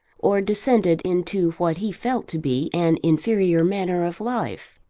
or descended into what he felt to be an inferior manner of life?